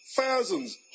thousands